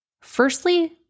Firstly